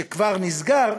שכבר נסגר,